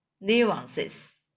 nuances